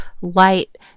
light